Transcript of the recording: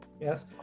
yes